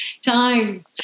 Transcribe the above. Time